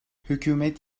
hükümet